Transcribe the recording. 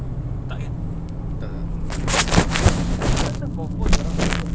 all these data recollection ini semua it's big bucks bro